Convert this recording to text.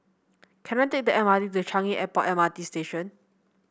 can I take the M R T to Changi Airport M R T Station